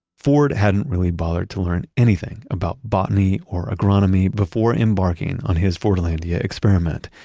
ford hadn't really bothered to learn anything about botany or agronomy before embarking on his fordlandia experiment.